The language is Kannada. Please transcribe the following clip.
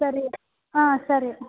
ಸರಿ ಹಾಂ ಸರಿ